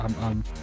I'm-